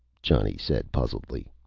johnny said puzzledly.